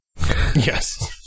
yes